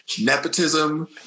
nepotism